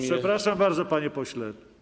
Przepraszam bardzo, panie pośle.